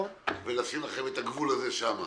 ולשים לכם את הגבול הזה שם.